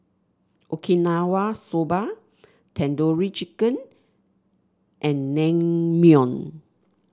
Okinawa Soba Tandoori Chicken and Naengmyeon